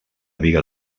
biga